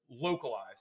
localized